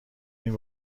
این